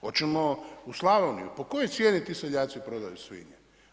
Hoćemo u Slavoniju, po kojoj cijeni ti seljaci prodaju svinje?